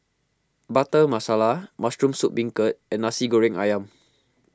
Butter Masala Mushroom Soup Beancurd and Nasi Goreng Ayam